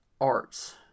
arts